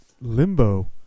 Limbo